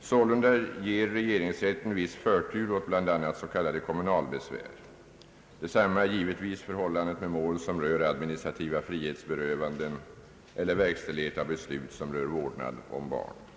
Sålunda ger regeringsrätten viss förtur åt bl.a. s.k. kommunalbesvär. Detsamma är givetvis förhållandet med mål som rör administrativa frihetsberövanden eller verkställighet av beslut som rör vårdnad om barn.